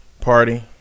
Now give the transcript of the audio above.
party